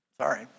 Sorry